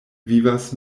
vivas